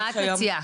מה את מציעה?